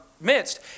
midst